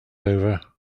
over